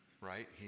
right